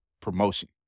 Promotion